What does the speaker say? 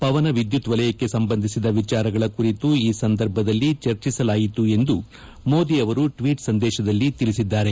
ಪವನ ವಿದ್ಯುತ್ ವಲಯಕ್ಕೆ ಸಂಬಂಧಿಸಿದ ವಿಚಾರಗಳ ಕುರಿತು ಈ ಸಂದರ್ಭದಲ್ಲಿ ಚರ್ಚಿಸಲಾಯಿತು ಎಂದು ಮೋದಿ ಅವರು ಟ್ವೀಟ್ ಸಂದೇಶದಲ್ಲಿ ತಿಳಿಸಿದ್ದಾರೆ